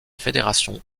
fédération